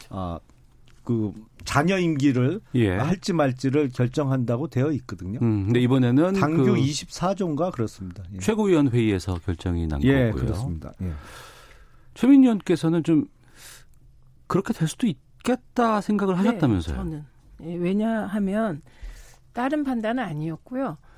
아, 그 잔여 임기를 예. 할지 말지를 결정한다고 되어 있거든요. 음, 근데 이번에는 당규 그 24조인가 그렇습니다. 예. 최고위원회의에서 결정이 난 예, 거고요. 그렇습니다. 예. 최민희 의원께서는 좀 그렇게 될 수도 있겠다 생각을 네, 하셨다면서요? 저는. 예, 왜냐하면 다른 판단은 아니었고요.